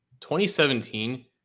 2017